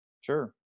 Sure